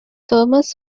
thomas